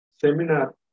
seminar